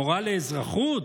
מורה לאזרחות?